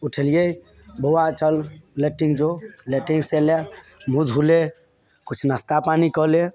उठेलियै बौआ चल लेट्रिन जो लेट्रिन से एलै मुह धो ले किछु नास्ता पानी कऽ ले